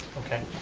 okay.